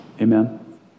Amen